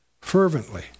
Fervently